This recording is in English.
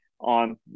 on